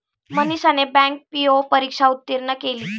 मनीषाने bank PO परीक्षा उत्तीर्ण केली